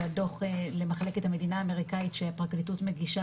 הדו"ח למחלקת המדינה האמריקאית שהפרקליטות מגישה